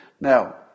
Now